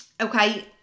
okay